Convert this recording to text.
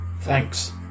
Thanks